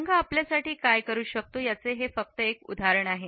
रंग आपल्यासाठी काय करू शकतो याचे हे फक्त एक उदाहरण आहे